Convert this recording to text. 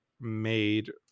made